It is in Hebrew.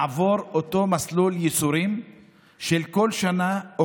לעבור אותו מסלול ייסורים וכל שנה או